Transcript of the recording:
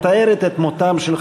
המתארת את מותם של חבריו,